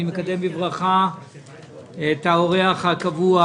אני מקדם בברכה את האורח הקבוע,